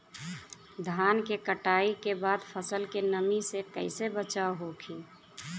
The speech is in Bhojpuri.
धान के कटाई के बाद फसल के नमी से कइसे बचाव होखि?